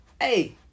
Hey